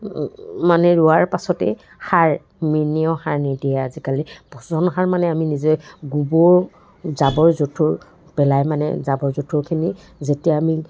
মানে ৰুৱাৰ পাছতে সাৰ মেনিয়ৰ সাৰ নিদিয়ে আজিকালি পচন সাৰ মানে আমি নিজে গোবৰ জাবৰ জোঁথৰ পেলাই মানে জাবৰ জোঁথৰখিনি যেতিয়া আমি